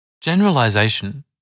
Generalization